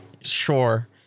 Sure